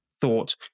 thought